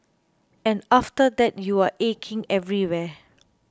and after that you're aching everywhere